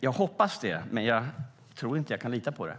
Jag hoppas det, men jag tror inte att jag kan lita på det.